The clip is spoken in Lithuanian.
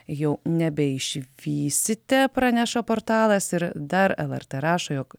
jau nebeišvysite praneša portalas ir dar lrt rašo juk